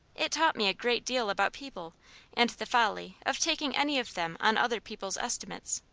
it taught me a great deal about people and the folly of taking any of them on other people's estimates.